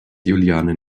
juliane